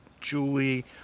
Julie